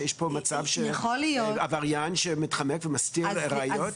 שיש פה מצב של עבריין שמתחמק ומסתיר ראיות?